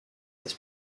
this